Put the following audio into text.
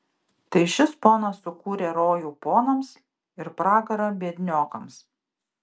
tai šis ponas sukūrė rojų ponams ir pragarą biedniokams